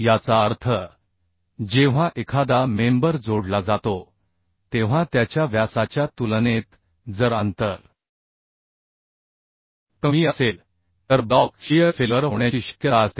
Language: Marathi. याचा अर्थ जेव्हा एखादा मेंबर जोडला जातो तेव्हा त्याच्या व्यासाच्या तुलनेत जर अंतर कमी असेल तर ब्लॉक शियर फेल्युअर होण्याची शक्यता असते